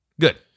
Good